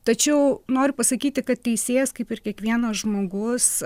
tačiau noriu pasakyti kad teisėjas kaip ir kiekvienas žmogus